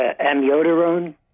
amiodarone